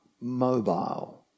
mobile